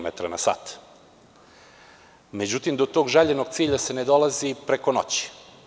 Međutim, do tog željenog cilja se ne dolazi preko noći.